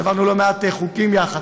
שהעברנו לא מעט חוקים יחד,